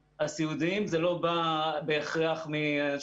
זה כן בא על חשבון הסיעודיים,